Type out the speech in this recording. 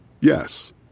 Yes